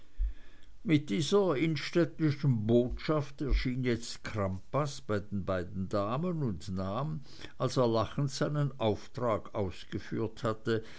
mit dieser innstettenschen botschaft erschien jetzt crampas bei den beiden damen und nahm als er lachend seinen auftrag ausgeführt hatte